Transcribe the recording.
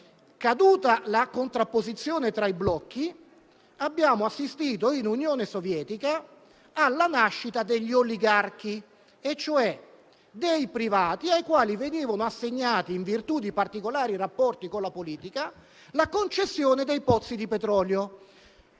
caduta la contrapposizione tra i blocchi, abbiamo assistito, in Unione Sovietica alla nascita degli oligarchi, cioè dei privati ai quali veniva assegnata, in virtù di particolari rapporti con la politica, la concessione dello sfruttamento